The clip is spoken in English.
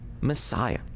Messiah